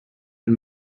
and